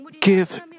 Give